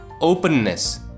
openness